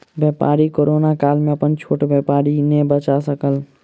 व्यापारी कोरोना काल में अपन छोट व्यापार के नै बचा सकल